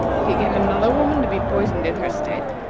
did he get another woman to be poisoned in her stead?